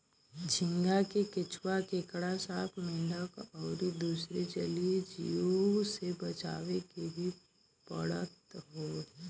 झींगा के कछुआ, केकड़ा, सांप, मेंढक अउरी दुसर जलीय जीव से बचावे के भी पड़त हवे